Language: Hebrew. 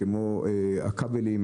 כמו הכבלים,